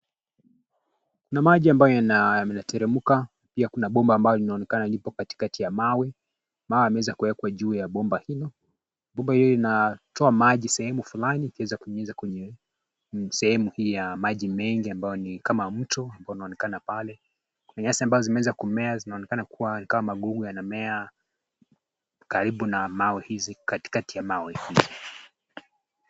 Kuna maji ambayo yanateremka, pia kuna bomba ambalo linaonekana liko katikati ya mawe. Mawe yameweza kuwekwa juu ya bomba hilo . Bomba hiyo inatoa maji sehemu fulani ikiweza kuingiza kwenye sehemu hii ya maji mengi ambayo ni kama mto ambao unaonekana pale . Kuna nyasi ambazo zimeweza kumea zinaonekana kua kama magugu yanamea karibu na mawe hizi , katikati ya mawe hizi.